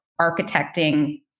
architecting